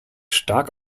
stark